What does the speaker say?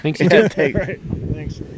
Thanks